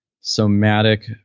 somatic